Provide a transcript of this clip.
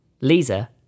Lisa